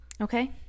okay